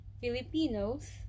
Filipinos